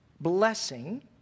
blessing